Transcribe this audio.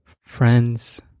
friends